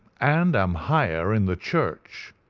and am higher in the church.